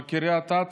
בקריית אתא,